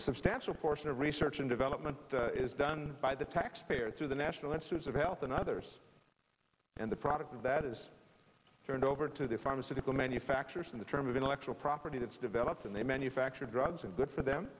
substantial portion of research and development is done by the taxpayer through the national institutes of health and others and the product of that is turned over to the pharmaceutical manufacturers in the term of intellectual property that's developed and they manufacture drugs and good for them